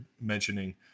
mentioning